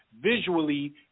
visually